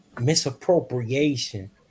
misappropriation